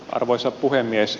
arvoisa puhemies